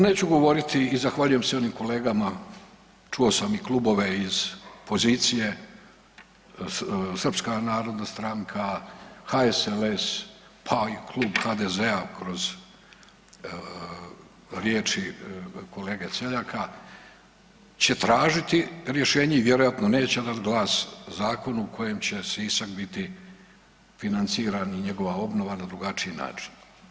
Neću govoriti i zahvaljujem se i onim kolegama, čuo sam i klubove iz pozicije, Srpska narodna stranka, HSLS, pa i Klub HDZ-a kroz riječi kolege Celjaka će tražiti rješenje i vjerojatno neće dat glas zakonu u kojem će Sisak biti financiran i njegova obnova na drugačiji način.